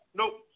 nope